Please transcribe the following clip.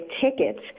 tickets